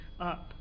up